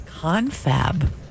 Confab